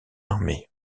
armée